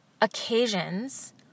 occasions